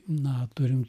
na turim